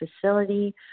facility